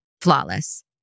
flawless